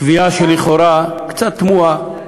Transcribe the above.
קביעה שלכאורה היא קצת תמוהה.